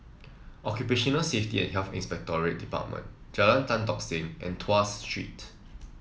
Occupational Safety and Health Inspectorate Department Jalan Tan Tock Seng and Tuas Street